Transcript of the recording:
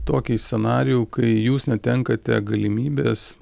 tokį scenarijų kai jūs netenkate galimybės